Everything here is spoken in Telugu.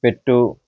పెట్టు